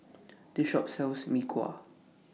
This Shop sells Mee Kuah